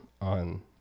on